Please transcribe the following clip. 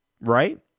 right